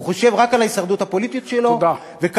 כי הוא חושב רק על ההישרדות הפוליטית שלו וכמה